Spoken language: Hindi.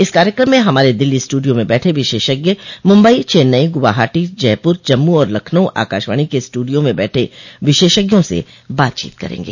इस कार्यक्रम में हमारे दिल्ली स्टूडियो में बैठे विशेषज्ञ मुंबई चेन्नई गुवाहाटी जयपुर जम्मू और लखनऊ आकाशवाणी के स्टूडियो में बैठे विशेषज्ञों से बातचीत करेंगे